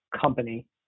company